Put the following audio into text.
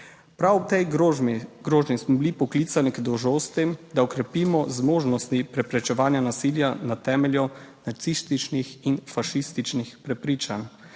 Prav ob tej grožnji, grožnji smo bili poklicani k dolžnosti, da okrepimo zmožnosti preprečevanja nasilja na temelju nacističnih in fašističnih prepričanj,